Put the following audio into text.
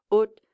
ut